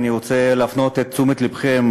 אני רוצה להפנות את תשומת לבכם,